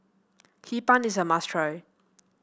Hee Pan is a must try